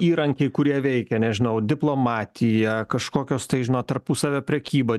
įrankiai kurie veikia nežinau diplomatija kažkokios tai žinot tarpusavio prekyba